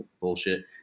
bullshit